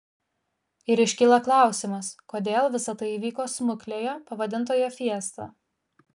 ir iškyla klausimas kodėl visa tai įvyko smuklėje pavadintoje fiesta